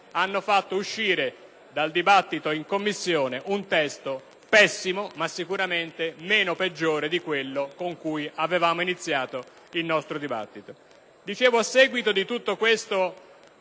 Calabrò, è uscito dal dibattito in Commissione un testo pessimo, ma sicuramente "meno peggiore" di quello con cui avevamo iniziato il nostro lavoro. A seguito di tutto questo